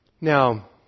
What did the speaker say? Now